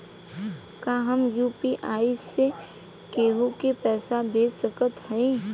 का हम यू.पी.आई से केहू के पैसा भेज सकत हई?